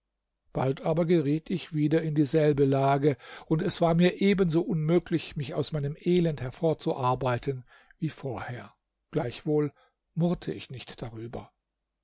bald aber geriet ich wieder in dieselbe lage und es war mir ebenso unmöglich mich aus meinem elend hervorzuarbeiten wie vorher gleichwohl murrte ich nicht darüber